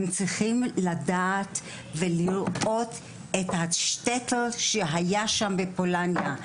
הם צריכים לדעת ולראות את מה שהיה שם בפולניה.